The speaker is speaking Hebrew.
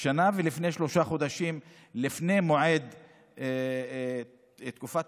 לפני ושלושה חודשים לפני מועד סיום תקופת